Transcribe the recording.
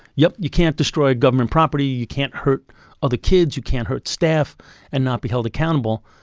yes, you can't destroy government property, you can't hurt other kids, you can't hurt staff and not be held accountable.